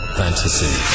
fantasy